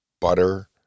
butter